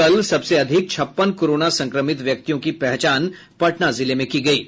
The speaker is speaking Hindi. कल सबसे अधिक छप्पन कोरोना संक्रमित व्यक्तियों की पहचान पटना जिले में हुई है